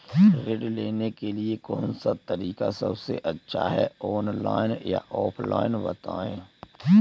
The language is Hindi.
ऋण लेने के लिए कौन सा तरीका सबसे अच्छा है ऑनलाइन या ऑफलाइन बताएँ?